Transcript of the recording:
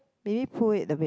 maybe pull it a bit